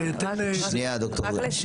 שנייה ד"ר לב.